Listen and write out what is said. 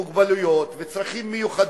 מוגבלויות וצרכים מיוחדים,